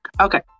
Okay